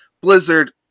Blizzard